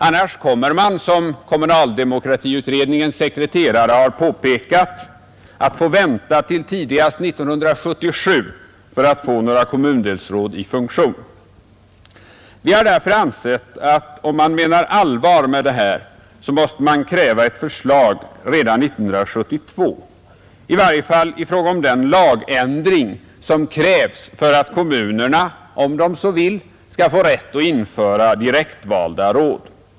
Annars kommer man som kommunaldemokratiutredningens sekreterare har påpekat — att få vänta till tidigast 1977 för att få några kommundelsråd i funktion. Vi har därför ansett, att om man menar allvar med det här så måste man kräva ett förslag redan 1972, i varje fall i fråga om den lagändring som krävs för att kommunerna, om de så vill, skall få rätt att införa direktvalda råd.